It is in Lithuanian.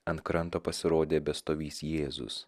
ant kranto pasirodė bestovįs jėzus